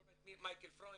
לא רואה את מייקל פרוינד,